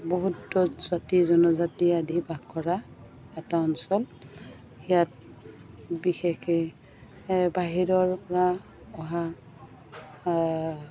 বহুত জাতি জনজাতি আদি বাস কৰা এটা অঞ্চল ইয়াত বিশেষকে বাহিৰৰ পৰা অহা